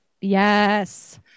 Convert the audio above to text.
Yes